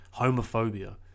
Homophobia